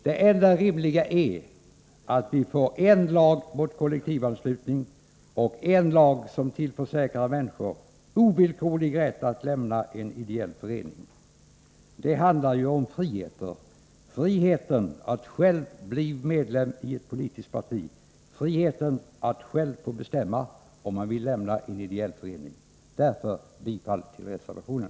Det enda rimliga är att vi får dels en lag mot kollektivanslutning, dels en lag som tillförsäkrar människor ovillkorlig rätt att lämna en ideell förening. Det handlar ju om friheter — friheten att själv bli medlem i ett politiskt parti, och friheten att själv få bestämma om man vill lämna en ideell förening. Därför yrkar jag bifall till reservationen.